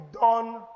done